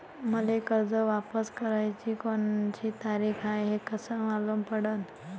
मले कर्ज वापस कराची कोनची तारीख हाय हे कस मालूम पडनं?